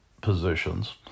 positions